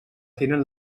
tenen